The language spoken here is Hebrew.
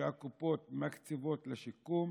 שהקופות מקציבות לשיקום,